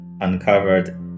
uncovered